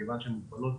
כיוון שהן מופעלות...